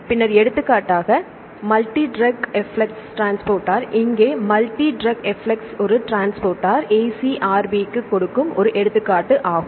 பின்னர் எடுத்துக்காட்டாக multidrug efflux transporter இங்கே மல்டிட்ரக் எஃப்ளக்ஸ் ஒரு டிரான்ஸ்போர்ட்டர் AcrB க்கு கொடுக்கும் ஒரு எடுத்துக்காட்டு ஆகும்